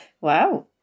Wow